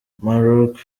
maroc